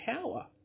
power